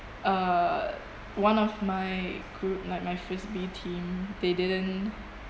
uh one of my group like my frisbee team they didn't